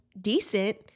decent